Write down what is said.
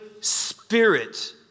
Spirit